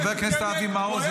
חבר הכנסת אבי מעוז,